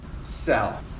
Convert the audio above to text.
sell